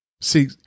See